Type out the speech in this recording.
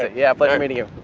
ah yeah pleasure meeting you.